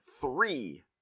three